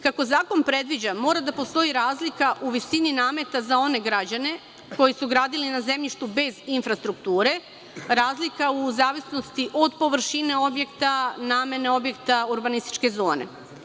Kako zakon predviđa, mora da postoji razlika u visini nameta za one građane koji su gradili na zemljištu bez infrastrukture, razlika u zavisnosti od površine objekta, namene objekta, urbanističke zone.